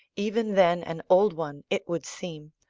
even then an old one it would seem,